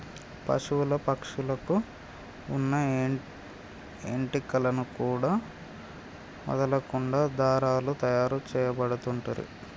పశువుల పక్షుల కు వున్న ఏంటి కలను కూడా వదులకుండా దారాలు తాయారు చేయబడుతంటిరి